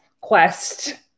quest